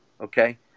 Okay